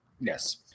Yes